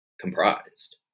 comprised